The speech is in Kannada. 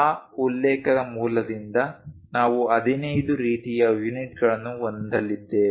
ಆ ಉಲ್ಲೇಖದ ಮೂಲದಿಂದ ನಾವು 15 ರೀತಿಯ ಯೂನಿಟ್ಗಳನ್ನು ಹೊಂದಲ್ಲಿದ್ದೇವೆ